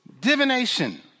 divination